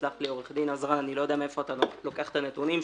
יסלח לי עו"ד עזרן אני לא יודע מאיפה אתה לוקח את הנתונים שלך.